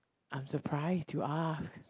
I'm surprised you asked